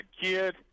kid